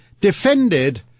defended